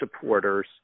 supporters